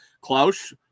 Klaus